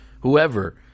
whoever